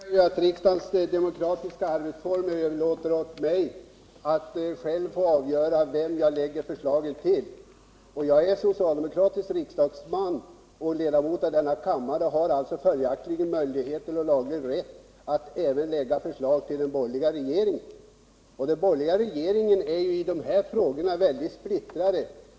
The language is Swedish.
Herr talman! Jag skulle tro att det genom riksdagens demokratiska arbetsformer kan överlåtas åt mig att själv få avgöra till vem jag skall lägga fram förslag. Jag är socialdemokratisk riksdagsman och ledamot av denna kammare, och jag har följaktligen möjligheter och laglig rätt att lägga fram förslag även till den borgerliga regeringen. Det kan dessutom vara befogat, eftersom den borgerliga regeringen är väldigt splittrad i dessa frågor.